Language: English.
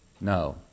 No